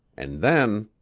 and then